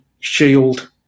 shield